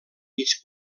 mig